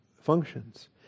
functions